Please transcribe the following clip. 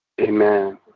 Amen